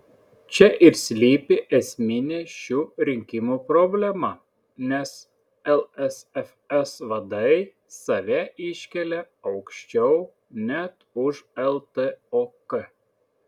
čia ir slypi esminė šių rinkimų problema nes lsfs vadai save iškelia aukščiau net už ltok